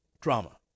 Drama